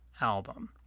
album